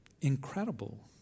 Incredible